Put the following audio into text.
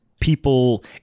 people